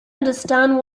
understand